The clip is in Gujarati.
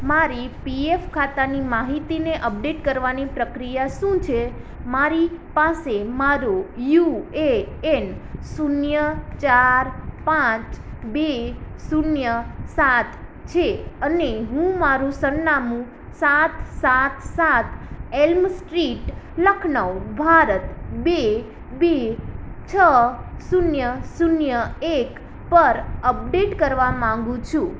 મારી પીએફ ખાતાની મહિતીને અપડેટ કરવાની પ્રક્રિયા શું છે મારી પાસે મારો યુએએન શૂન્ય ચાર પાંચ બે શૂન્ય સાત છે અને હું મારું સરનામું સાત સાત સાત એલ્મ સ્ટ્રીટ લખનૌ ભારત બે બે છ શૂન્ય શૂન્ય એક પર અપડેટ કરવા માંગુ છું